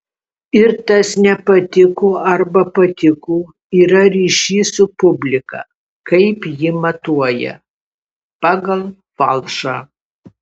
ir tas nepatiko arba patiko yra ryšys su publika kaip ji matuoja pagal falšą